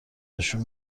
نشون